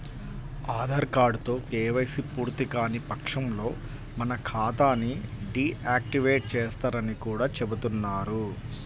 ఆధార్ కార్డుతో కేవైసీ పూర్తికాని పక్షంలో మన ఖాతా ని డీ యాక్టివేట్ చేస్తారని కూడా చెబుతున్నారు